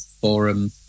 Forum